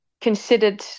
considered